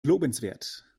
lobenswert